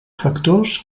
factors